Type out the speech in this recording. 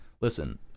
listen